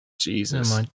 Jesus